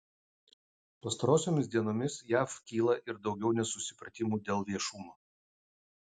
pastarosiomis dienomis jav kyla ir daugiau nesusipratimų dėl viešumo